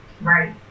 Right